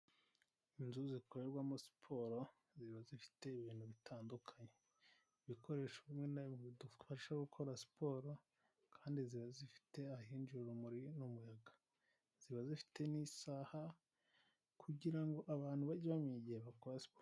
Inzu zikorerwamo siporo ziba zifite ibintu bitandukanye, ibikoresho bimwe na bimwe bidufasha gukora siporo kandi ziba zifite ahinjira urumuri n'umuyaga, ziba zifite n'isaha kugirango ngo abantu bajye bamenya igihe bakora siporo.